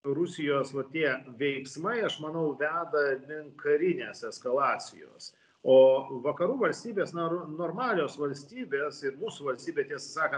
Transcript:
rusijos va tie veiksmai aš manau veda link karinės eskalacijos o vakarų valstybės na normalios valstybės ir mūsų valstybė tiesą sakan